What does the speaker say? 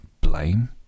blame